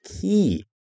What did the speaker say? key